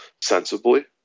sensibly